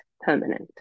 permanent